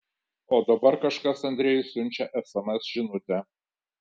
o dabar kažkas andrejui siunčia sms žinutę